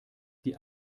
die